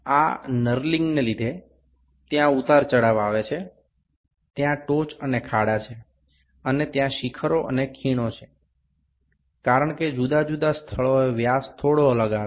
આ નરલિંગ ને લીધે ત્યાં ઉતાર ચઢાવ આવે છે ત્યાં ટોચ અને ખાડા છે અને ત્યાં શિખરો અને ખીણો છે કારણ કે જુદા જુદા સ્થળોએ વ્યાસ થોડો અલગ આવે છે